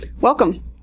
Welcome